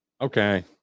okay